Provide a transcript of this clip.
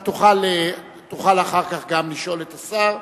אתה תוכל אחר כך גם לשאול את השר.